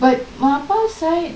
but my appa side